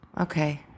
Okay